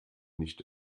nicht